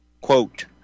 quote